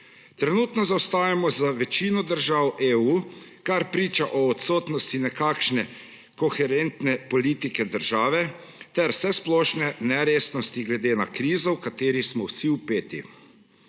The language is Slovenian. Trenutno zaostajamo za večino držav Evropske unije, kar priča o odsotnosti nekakšne koherentne politike države ter vsesplošne neresnosti glede na krizo, v katero smo vsi vpeti.